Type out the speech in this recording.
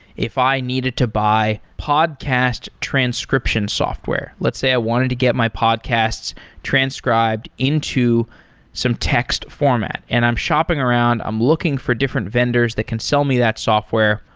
if i needed to buy podcast transcription software, let's say i wanted to get my podcasts transcribed into some text format and i'm shopping around, i'm looking for different vendors that can sell me that software,